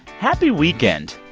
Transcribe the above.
happy weekend.